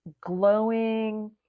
glowing